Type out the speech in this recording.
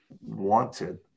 wanted